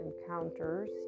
encounters